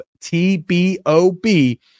T-B-O-B